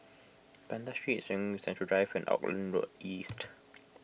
Banda Street Serangoon Central Drive and Auckland Road East